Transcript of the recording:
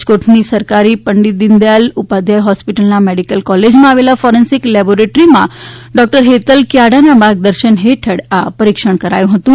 રાજકોટની સરકારી પંડિત દિન દયાલ ઉપાધ્યાય હોસ્પિટલના મેડિકલ કોલેજમાં આવેલ ફોરેન્સિક લેબોરેટરીમાં સુપ્રિટેન્ડન્ટ ડોક્ટર હેતલ કયાડાના માર્ગદર્શન હેઠળ આ પરીક્ષણ કરાયું હતું